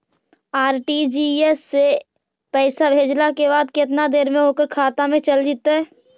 RTGS से पैसा भेजला के बाद केतना देर मे ओकर खाता मे चल जितै?